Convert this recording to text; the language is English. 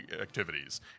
activities